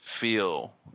feel